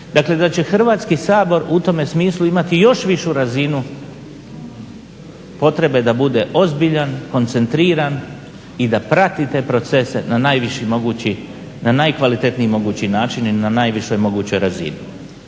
dakle, da će Hrvatski sabor u tome smislu imati još višu razinu potrebe da bude ozbiljan, koncentriran i da prati te procese na najkvalitetniji mogući način i na najvišoj mogućoj razini.